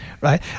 Right